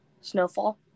Snowfall